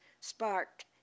sparked